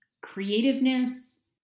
creativeness